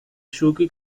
yuki